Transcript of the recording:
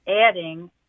adding